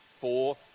Four